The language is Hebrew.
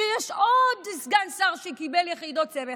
שיש עוד סגן שר שקיבל יחידות סמך?